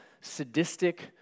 sadistic